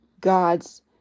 God's